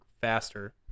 faster